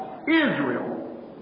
Israel